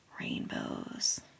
rainbows